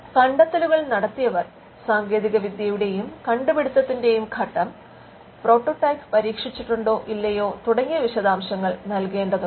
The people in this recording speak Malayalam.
കണ്ടത്തെലുകൾ നടത്തിയവർ സാങ്കേതികവിദ്യയുടെയും കണ്ടുപിടുത്തത്തിന്റെയും ഘട്ടം പ്രോട്ടോടൈപ്പ് പരീക്ഷിച്ചിട്ടുണ്ടോ ഇല്ലയോ തുടങ്ങിയ വിശദാംശങ്ങൾ നൽകേണ്ടതുണ്ട്